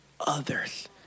others